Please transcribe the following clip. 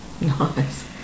Nice